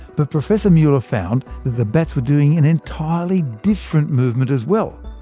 but professor meuller found that the bats were doing an entirely different movement as well.